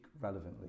relevantly